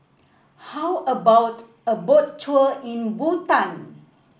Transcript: how about a Boat Tour in Bhutan